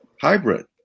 hybrid